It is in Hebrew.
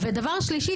ושלישית,